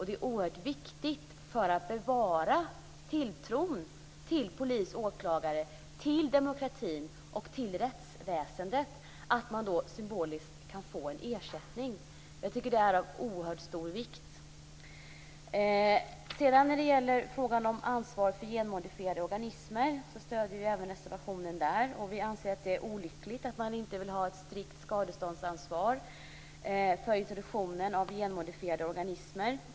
Det är oerhört viktigt för att bevara tilltron till polis och åklagare, till demokratin och till rättsväsendet att man då symboliskt kan få en ersättning. Jag tycker att det här är av oerhört stor vikt. När det gäller frågan om ansvar för genmodifierade organismer stöder vi reservationen även där. Vi anser att det är olyckligt att man inte vill ha strikt skadeståndsansvar för introduktionen av genmodifierade organismer.